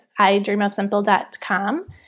idreamofsimple.com